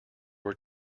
were